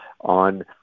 on